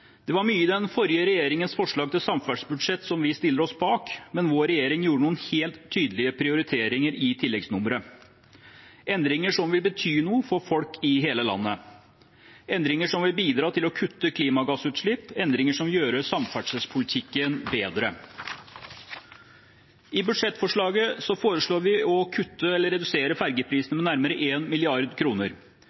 Det er mye i den forrige regjeringens forslag til samferdselsbudsjett som vi stiller oss bak, men vår regjering gjorde noen helt tydelige prioriteringer i tilleggsnummeret. Det er endringer som vil bety noe for folk i hele landet, endringer som vil bidra til å kutte klimagassutslipp, og endringer som vil gjøre samferdselspolitikken bedre. I budsjettforslaget foreslår vi å redusere fergeprisene med nærmere